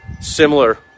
similar